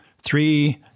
three